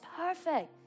perfect